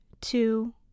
two